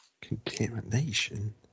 Contamination